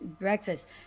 breakfast